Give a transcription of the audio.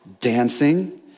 dancing